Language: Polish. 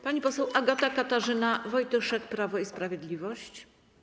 Pani poseł Agata Katarzyna Wojtyszek, Prawo i Sprawiedliwość.